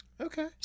okay